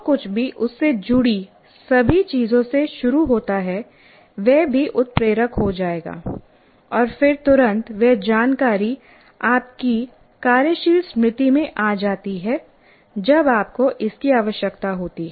जो कुछ भी उससे जुड़ी सभी चीजों से शुरू होता है वह भी उत्प्रेरक हो जाएगा और फिर तुरंत वह जानकारी आपकी कार्यशील स्मृति में आ जाती है जब आपको इसकी आवश्यकता होती है